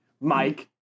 Mike